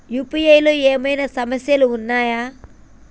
UPI లో ఏమేమి సూచనలు ఉన్నాయి?